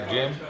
Jim